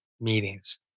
meetings